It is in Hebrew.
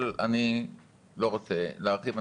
אבל אני לא רוצה להרחיב,